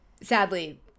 sadly